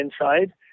inside